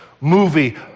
movie